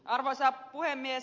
arvoisa puhemies